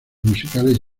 musicales